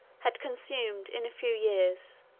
had consumed, in a few years,